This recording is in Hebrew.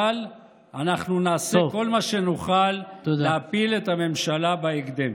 אבל אנחנו נעשה כל מה שנוכל להפיל את הממשלה בהקדם.